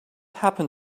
happen